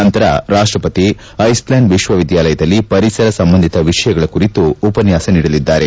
ನಂತರ ರಾಷ್ಟಪತಿ ಐಸ್ಲ್ಯಾಂಡ್ ವಿಶ್ವವಿದ್ಯಾಲಯದಲ್ಲಿ ಪರಿಸರ ಸಂಬಂಧಿತ ವಿಷಯಗಳ ಕುರಿತು ಉಪನ್ಯಾಸ ನೀಡಲಿದ್ದಾರೆ